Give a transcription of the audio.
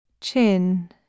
chin